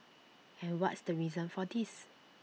and what's the reason for this